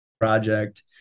project